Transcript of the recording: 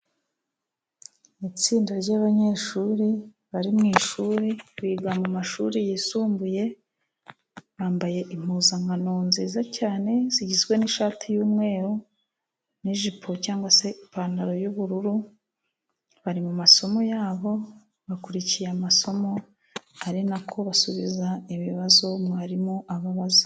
Itsinda ry'abanyeshuri bari mu ishuri. Biga mu mashuri yisumbuye, bambaye impuzankano nziza cyane zigizwe n'ishati y'umweru n'ijipo cyangwa se ipantaro y'ubururu. Bari mu masomo yabo, bakurikiye amasomo, ari na ko basubiza ibibazo mwarimu ababaza.